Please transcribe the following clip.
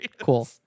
Cool